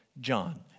John